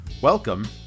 Welcome